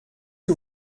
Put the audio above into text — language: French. que